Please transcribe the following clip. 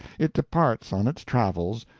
it departs on its travels,